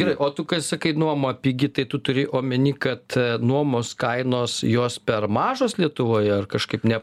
gerai o tu kai sakai nuoma pigi tai tu turi omeny kad nuomos kainos jos per mažos lietuvoj ar kažkaip ne